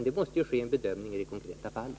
Det måste alltså ske en bedömning i det konkreta fallet.